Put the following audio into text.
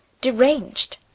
deranged